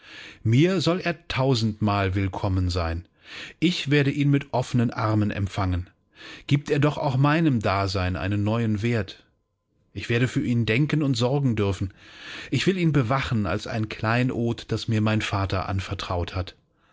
mir soll er tausendmal willkommen sein ich werde ihn mit offenen armen empfangen gibt er doch auch meinem dasein einen neuen wert ich werde für ihn denken und sorgen dürfen ich will ihn bewachen als ein kleinod das mir mein vater anvertraut hat